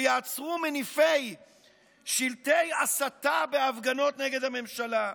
שייעצרו מניפי שלטי הסתה בהפגנות נגד הממשלה.